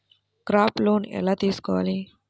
Crop loan ఎలా తీసుకోవాలి?